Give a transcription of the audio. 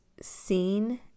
seen